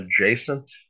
adjacent